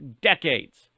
decades